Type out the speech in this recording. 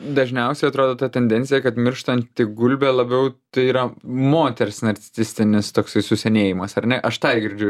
dažniausiai atrodo ta tendencija kad mirštanti gulbė labiau tai yra moters narcisistinis toksai susenėjimas ar ne aš tą girdžiu